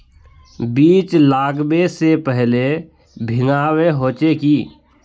बीज लागबे से पहले भींगावे होचे की?